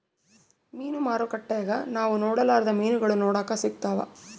ಮೀನು ಮಾರುಕಟ್ಟೆಗ ನಾವು ನೊಡರ್ಲಾದ ಮೀನುಗಳು ನೋಡಕ ಸಿಕ್ತವಾ